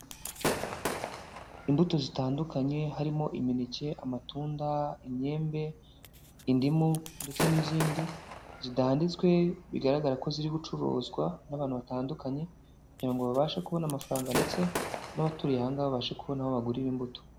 Imbuto zitandukanye harimo imineke, amatunda, imyembe, indimu ndetse n'izindi zidanditswe bigaragara ko ziri gucuruzwa n'abantu batandukanye kugira ngo babashe kubona amafaranga ndetse n'abaturiye aha ngaha babashe kubona aho abagurarira imbuto.